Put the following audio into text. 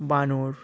বানর